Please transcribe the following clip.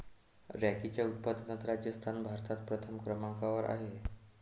रॅगीच्या उत्पादनात राजस्थान भारतात प्रथम क्रमांकावर आहे